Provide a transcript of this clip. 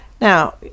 Now